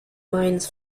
mines